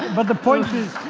but the point is.